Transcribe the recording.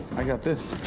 i got this.